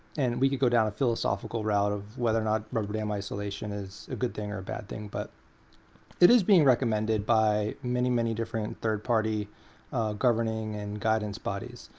and we could go down a philosophical route of whether or not rubber dam isolation is a good thing or a bad thing, but it is being recommended by many, many different third-party governing and guidance bodies.